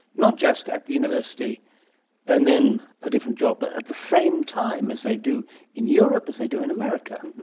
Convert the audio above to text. not just at the university and then a different job but at the same time, as they do in europe, as they do in america?